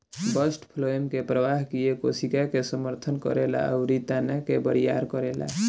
bast phloem के प्रवाह किये कोशिका के समर्थन करेला अउरी तना के बरियार करेला